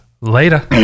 Later